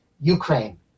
Ukraine